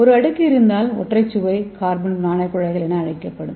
ஒரு அடுக்கு இருந்தால் ஒற்றை சுவர் கார்பன் நானோகுழாய்கள் என அழைக்கப்படும்